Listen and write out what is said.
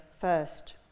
first